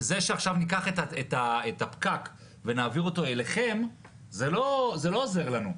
וזה שעכשיו ניקח את הפקק ונעביר אותו אליכם לא עוזר לנו.